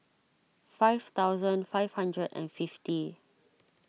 five thousand five hundred and fifty